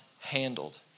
handled